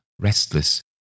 Restless